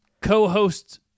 co-hosts